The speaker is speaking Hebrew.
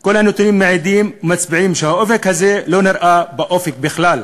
כל הנתונים מעידים ומצביעים שהאופק הזה לא נראה באופק בכלל.